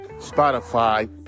Spotify